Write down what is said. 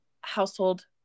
household